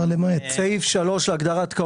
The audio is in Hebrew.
על מספר היחידות או על השנים?